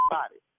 body